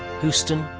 houston,